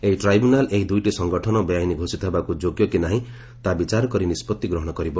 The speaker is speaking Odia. ଏହି ଟ୍ରାଇବୁନାଲ୍ ଏହି ଦୁଇଟି ସଙ୍ଗଠନ ବେଆଇନ ଘୋଷିତ ହେବାକୁ ଯୋଗ୍ୟ କି ନାହିଁ ତାହା ବିଚାର କରି ନିଷ୍କଭି ଗ୍ରହଣ କରିବ